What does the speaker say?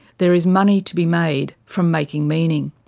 there is money to be made from making meaning.